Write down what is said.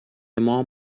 مام